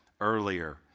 earlier